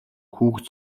хүүхэд